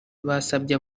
basabye